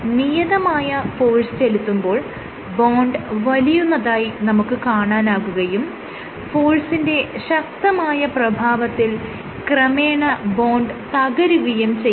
നിയതമായ ഫോഴ്സ് ചെലുത്തുമ്പോൾ ബോണ്ട് വലിയുന്നതായി നമുക്ക് കാണാനാകുകയും ഫോഴ്സിന്റെ ശക്തമായ പ്രഭാവത്തിൽ ക്രമേണ ബോണ്ട് തകരുകയും ചെയ്യുന്നു